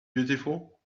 beautiful